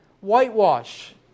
Whitewash